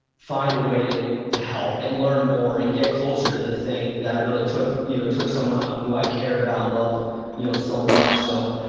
find a way to to help and learn more and get closer to the thing that really took you know took someone who i cared about and loved you know so much so,